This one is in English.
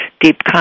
deep